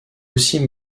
aussi